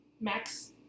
Max